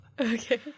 Okay